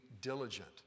diligent